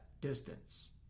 distance